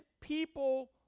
people